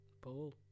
Paul